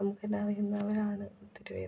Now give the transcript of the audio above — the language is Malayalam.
നമുക്ക് തന്ന അറിയുന്നവരാണ് ഒത്തിരി പേരുണ്ട്